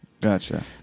Gotcha